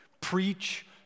preach